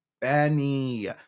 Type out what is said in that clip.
Benny